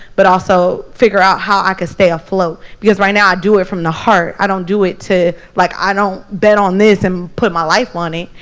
but also figure out how i could stay afloat. because right now, i do it from the heart, i don't do it to like, i don't bet on this and put my life on it.